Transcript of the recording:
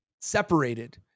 separated